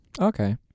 Okay